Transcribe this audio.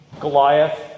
Goliath